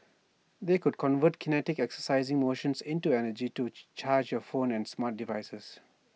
the could convert kinetic exercising motions into energy to charge your phones and smart devices